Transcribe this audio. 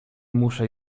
muszę